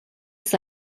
ist